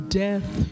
death